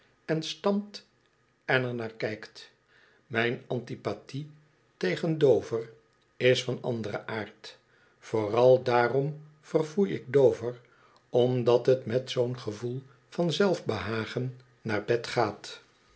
packet huivert en stampten ernaar kijkt mijn antipathie tegen do ve r is van anderen aard vooral daarom verfoei ik do v er omdat het met zoo'n gevoel van zelfbehagen naar bed gaat